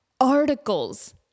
articles